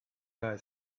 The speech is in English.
guy